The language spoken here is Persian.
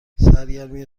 سرگرمی